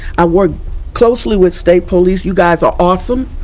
i work closely with state police. you guys are awesome.